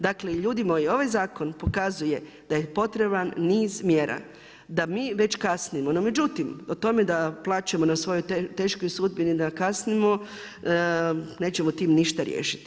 Dakle, ljudi moji, ovaj zakon pokazuje da je potreban niz mjera, da mi već kasnimo, no međutim o tome da plačemo na svojoj teškoj sudbini, da kasnimo, nećemo tim ništa riješiti.